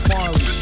Farley